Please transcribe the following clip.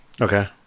okay